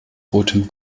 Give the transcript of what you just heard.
rotem